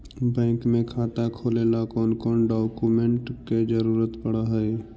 Bank में खाता खोले ल कौन कौन डाउकमेंट के जरूरत पड़ है?